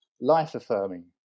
life-affirming